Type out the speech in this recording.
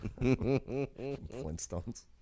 Flintstones